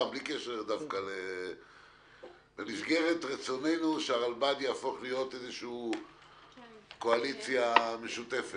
בלי קשר - במסגרת רצוננו שהרלב"ד יהפוך לקואליציה משותפת.